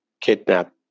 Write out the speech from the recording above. kidnap